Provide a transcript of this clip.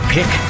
Pick